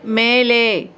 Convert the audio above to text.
மேலே